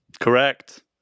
Correct